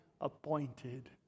appointed